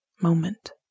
moment